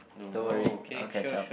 don't worry I'll catch up